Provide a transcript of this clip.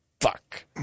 Fuck